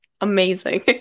amazing